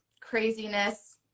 craziness